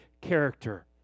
character